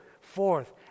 forth